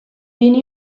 viene